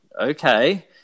okay